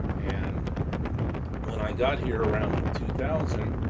and when i got here around two thousand